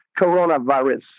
coronavirus